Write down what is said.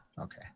Okay